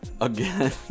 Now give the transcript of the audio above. Again